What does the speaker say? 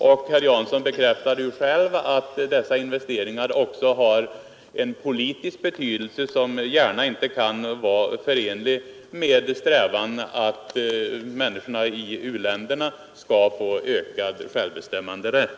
Herr Jansson bekräftade själv att dessa investeringar också har en politisk betydelse, som inte gärna kan vara förenlig med strävan att människorna i u-länderna skall få ökad självbestämmanderätt.